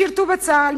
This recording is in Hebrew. שירתו בצה"ל,